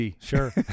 Sure